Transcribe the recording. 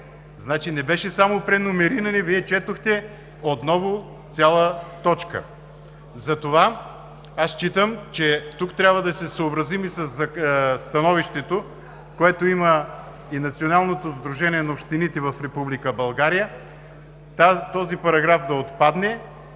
Не беше само преномериране. Вие четохте отново цяла точка. Затова считам, че тук трябва да се съобразим и със становището, което има и Националното сдружение на общините в Република България, този параграф да отпадне